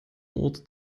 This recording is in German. wurde